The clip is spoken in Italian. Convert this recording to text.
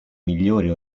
migliori